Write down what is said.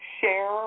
share